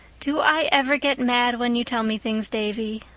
do i ever get mad when you tell me things, davy?